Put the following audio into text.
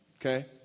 okay